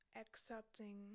accepting